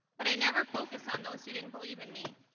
but i never focused on those who didn't believe in me.